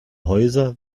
häuser